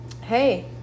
hey